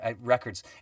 records